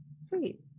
sweet